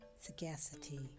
sagacity